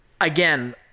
Again